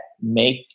make